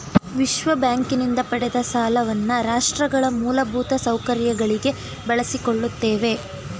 ವಿಶ್ವಬ್ಯಾಂಕಿನಿಂದ ಪಡೆದ ಸಾಲವನ್ನ ರಾಷ್ಟ್ರಗಳ ಮೂಲಭೂತ ಸೌಕರ್ಯಗಳಿಗೆ ಬಳಸಿಕೊಳ್ಳುತ್ತೇವೆ